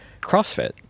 CrossFit